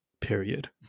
Period